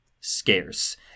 scarce